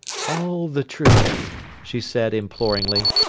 all the truth she said, imploringly.